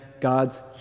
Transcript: God's